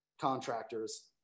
contractors